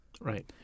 Right